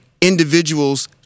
individuals